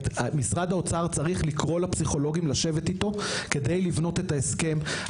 משרד האוצר צריך לקרוא לפסיכולוגים לשבת איתו כדי לבנות את ההסכם.